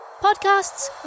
podcasts